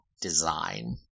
design